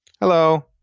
Hello